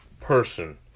person